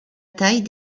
taille